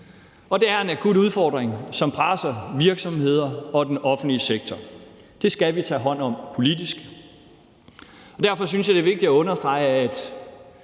Det er en akut udfordring, som presser virksomhederne og den offentlige sektor. Det skal vi tage hånd om politisk. Derfor synes jeg, at det er vigtigt at understrege,